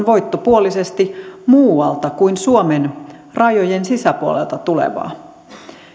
voittopuolisesti muualta kuin suomen rajojen sisäpuolelta tulevaa